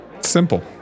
Simple